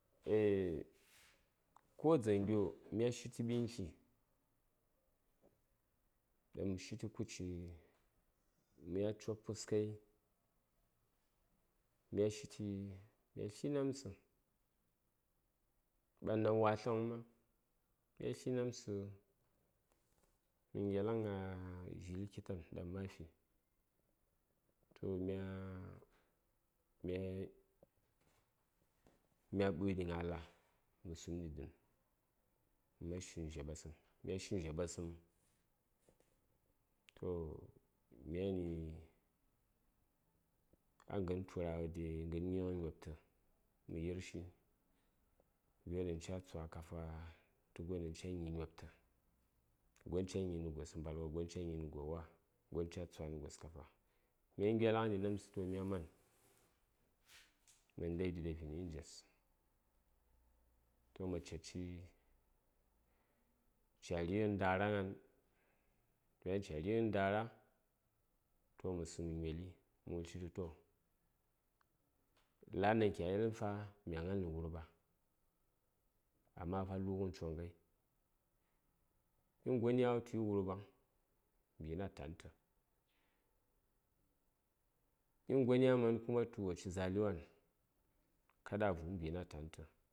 Eah ko dzaŋyo mya shiti bintli daŋ mə shiti kuci mya cop fuskai mya shiti ma tli namtsə ɓanɗaŋ watləŋ ma mya tli namtsə mə gyelaŋ gna dzyil kitan ɗaŋ ma fi toh mya mya mya ɓəɗi gna la mə sum ɗi dən mə man shin dzha ɓasəm mya shin dzha ɓasəm toh myani aghən turawa dai ghən nyghən nyobtə mə yirshi gyo ɗan ca tswa kafa tə gyo ɗan ca gnyi gynobtə gon ca gnyinə gos mbalwa gon ca gnyinə gos wa gon ca tswani gos kafa mya ngyelaŋɗi namtsə to mya man ma ndaiɗi ɗa vin injes toh ma cedshi ca righən ndara gna:n? toh yan ca rghən ndara toh mə sum mə nyoli mə wushitu mə wushi tu to la:n ɗan ca yelən fa mya gnalnə nə wurɓa amma fa lu:ghən coŋ ghai uhn gon ya wultu yir wurɓaŋ mbina tan tə uhn gon ya mani kuma tu wo ci zali wan kaɗa a vu:ŋ mbina tan tə